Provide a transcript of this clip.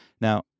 now